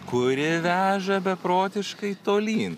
kuri veža beprotiškai tolyn